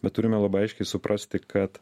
bet turime labai aiškiai suprasti kad